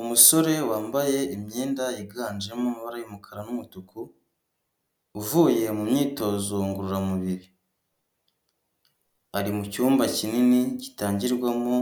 Umusore wambaye imyenda yiganjemo amabara y'umukara n'umutuku, uvuye mu myitozo ngororamubiri, ari mu cyumba kinini gitangirwamo